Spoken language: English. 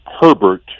Herbert